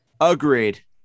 Agreed